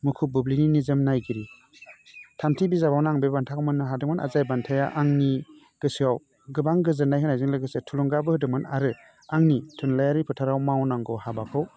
मुखुब बुब्लिनि निजोम नायगिरि थामथि बिजाबावनो आं बे बान्थाखौ मोन्नो हादोंमोन आरो जाय बान्थाया आंनि गोसोआव गोबां गोजोन्नाय होनायजों लोगोसे थुलुंगाबो होदोंमोन आरो आंनि थुनलायारि फोथाराव मावनांगौ हाबाखौ